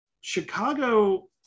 Chicago